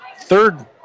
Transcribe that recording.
third